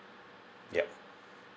yup